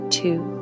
two